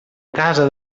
casa